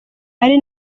ari